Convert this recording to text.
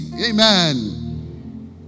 Amen